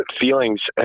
feelings